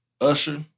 Usher